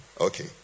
Okay